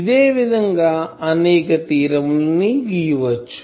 ఇదే విధం గా అనేక థీరం ల ను గీయవచ్చు